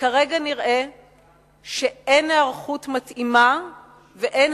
כרגע נראה שאין היערכות מתאימה ואין